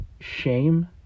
shame